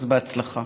אז בהצלחה.